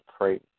pray